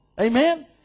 Amen